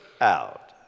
out